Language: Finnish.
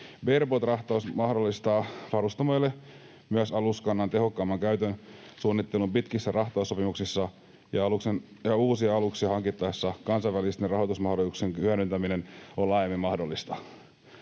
Bareboat-rahtaus mahdollistaa varustamoille myös aluskannan tehokkaamman käytön suunnittelun pitkissä rahtaussopimuksissa, ja uusia aluksia hankittaessa kansainvälisten rahoitusmahdollisuuksien hyödyntäminen on laajemmin mahdollista.